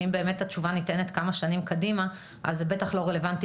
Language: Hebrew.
ואם באמת התשובה ניתנת כמה שנים קדימה אז זה בטח לא רלוונטי